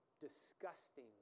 disgusting